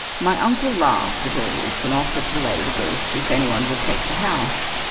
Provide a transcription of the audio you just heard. my uncle laughed at all this, and offered to lay the ghosts if anyone would take the house.